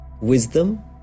wisdom